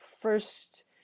first